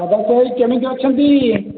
ଭାଇ କେମିତି ଅଛନ୍ତି